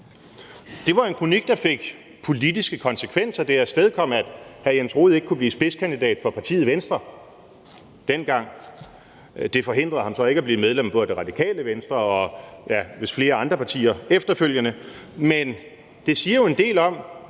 Det var en kronik, der fik politiske konsekvenser. Det afstedkom, at hr. Jens Rohde ikke kunne blive spidskandidat for partiet Venstre dengang. Det forhindrede ham så ikke i at blive medlem af Radikale Venstre og, ja, vist flere andre partier efterfølgende. Men det siger en del om,